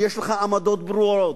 שיש לך עמדות ברורות,